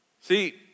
See